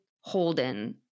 Holden